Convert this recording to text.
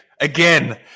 Again